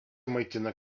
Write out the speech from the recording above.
maitina